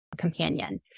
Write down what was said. Companion